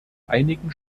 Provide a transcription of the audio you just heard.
einigen